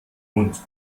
und